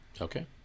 okay